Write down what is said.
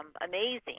amazing